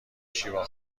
شیوا